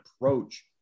approach